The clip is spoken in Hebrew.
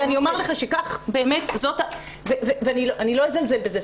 ואני אומר לך שכך באמת זאת אני לא אזלזל בזה,